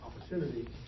opportunity